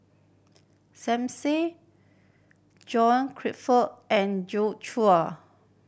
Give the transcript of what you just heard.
Som Said John Crawfurd and Joi Chua